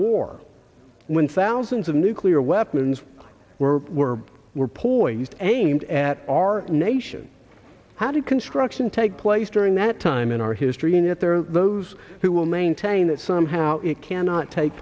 war when thousands of nuclear weapons were were were poised aimed at our nation how did construction take place during that time in our history and yet there are those who will maintain that somehow it cannot take